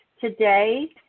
Today